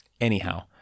Anyhow